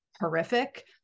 horrific